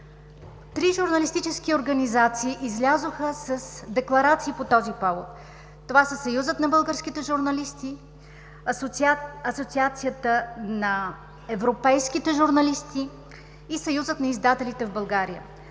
Три журналистически организации излязоха с декларации по този повод. Това са Съюзът на българските журналисти, асоциацията на европейските журналисти и Съюзът на издателите в България.